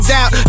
out